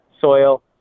soil